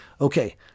Okay